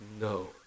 No